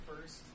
first